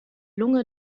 lunge